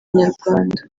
nyarwanda